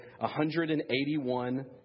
181